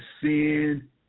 sin